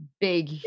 big